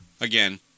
again